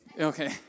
Okay